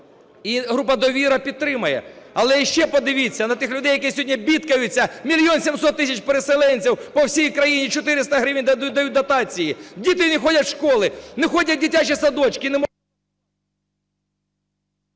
і група "Довіра" підтримає. Але ще подивіться на тих людей, які сьогодні бідкаються, 1 мільйон 700 тисяч переселенців по всій країні – 400 гривень дають дотації. Діти не ходять в школи, не ходять в дитячі садочки,